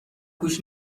گوش